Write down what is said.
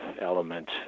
element